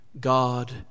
God